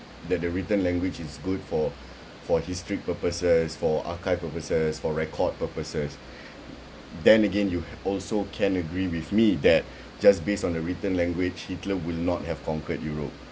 that the written language is good for for historic purposes for archive purposes for record purposes then again you also can agree with me that just based on the written language hitler would not have conquered europe